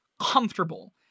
comfortable